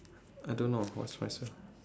I don't know what's my